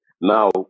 Now